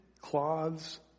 cloths